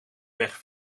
weg